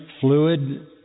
fluid